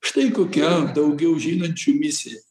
štai kokia daugiau žinančių misija